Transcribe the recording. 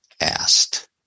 asked